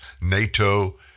NATO